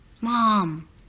Mom